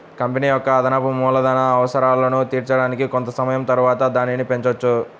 company యొక్క అదనపు మూలధన అవసరాలను తీర్చడానికి కొంత సమయం తరువాత దీనిని పెంచొచ్చు